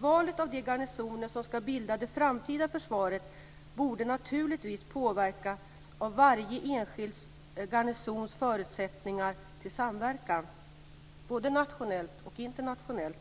Valet av de garnisoner som ska bilda det framtida försvaret borde naturligtvis påverkas av varje enskild garnisons förutsättningar till samverkan både nationellt och internationellt.